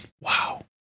Wow